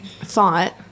thought